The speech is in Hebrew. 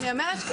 אני אומרת,